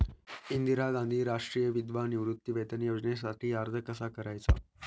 इंदिरा गांधी राष्ट्रीय विधवा निवृत्तीवेतन योजनेसाठी अर्ज कसा करायचा?